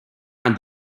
and